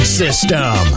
system